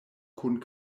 kun